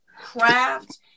craft